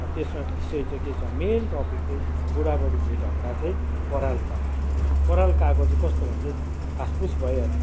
त्यसमा विषय चाहिँ को छ मेन टपिक चाहिँ बुढाबुढीको झगडा चाहिं परालको आगो परालको आगो चाहिं कस्तो भन्छ फासफुस भइहाल्ने